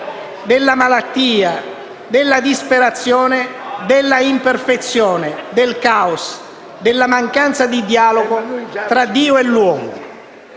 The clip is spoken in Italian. della malattia, della disperazione, dell'imperfezione, del caos, della mancanza di dialogo tra Dio e l'uomo.